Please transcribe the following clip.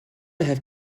have